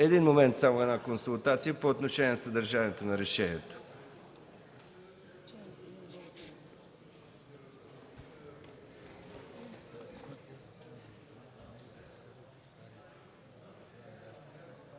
един момент, само една консултация по отношение съдържанието на решението.